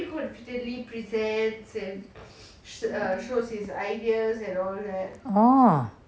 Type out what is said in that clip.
oo